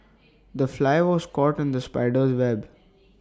the fly was caught in the spider's web